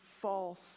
false